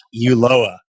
uloa